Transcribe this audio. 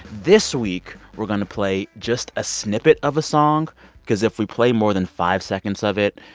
this week, we're going to play just a snippet of a song because if we play more than five seconds of it,